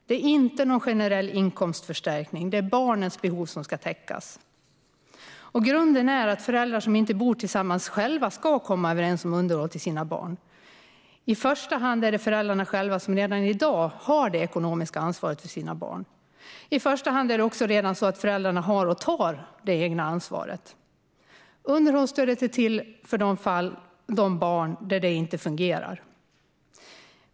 Det är inte en generell inkomstförstärkning, utan det är barnets behov som ska täckas. Grunden är att föräldrar som inte bor tillsammans själva ska komma överens om underhåll till sina barn. I första hand är det föräldrarna själva som redan i dag har det ekonomiska ansvaret för sina barn. I första hand är det också redan så att föräldrarna har, och tar, det egna ansvaret. Underhållsstödet är till för de barn där det inte fungerar.